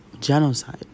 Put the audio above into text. Genocide